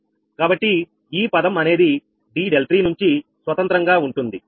కాబట్టి ఈ పదం అనేది dδ3 నుంచి స్వతంత్రంగా ఉంటుంది